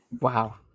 Wow